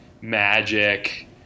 Magic